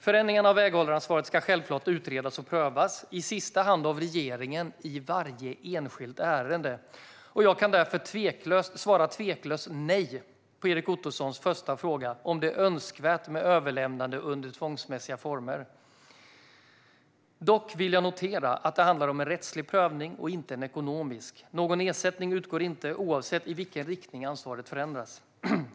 Förändringar av väghållaransvaret ska självklart utredas och prövas, i sista hand av regeringen, i varje enskilt ärende. Jag kan därför svara tveklöst nej på Erik Ottosons första fråga om det är önskvärt med överlämnande under tvångsmässiga former. Dock vill jag notera att det handlar om en rättslig prövning och inte en ekonomisk. Någon ersättning utgår inte, oavsett i vilken riktning ansvaret förändras.